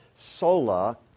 Sola